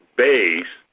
base